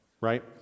right